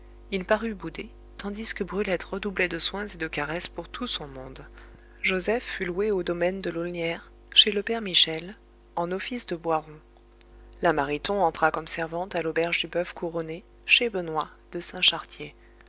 il parut bouder tandis que brulette redoublait de soins et de caresses pour tout son monde joseph fut loué au domaine de l'aulnières chez le père michel en office de bouaron la mariton entra comme servante à l'auberge du boeuf couronné chez benoît de saint chartier